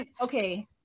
Okay